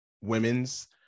women's